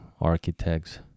architects